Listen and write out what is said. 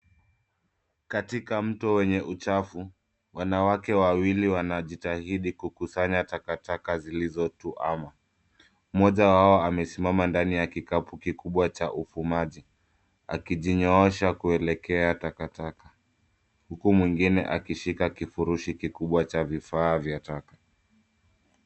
Katika mto wenye uchafu, wanawake wawili wanajitahidi kukusanya takataka zilizotuama. Mmoja wao amesimama ndani ya kikapu kikubwa cha ufuamaji, akijinyoosha kuelekea takataka, huku mwingine akishika kifurushi kikubwa cha vifaa vya taka.